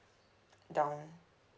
down